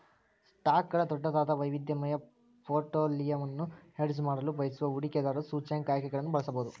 ಸ್ಟಾಕ್ಗಳ ದೊಡ್ಡದಾದ, ವೈವಿಧ್ಯಮಯ ಪೋರ್ಟ್ಫೋಲಿಯೊವನ್ನು ಹೆಡ್ಜ್ ಮಾಡಲು ಬಯಸುವ ಹೂಡಿಕೆದಾರರು ಸೂಚ್ಯಂಕ ಆಯ್ಕೆಗಳನ್ನು ಬಳಸಬಹುದು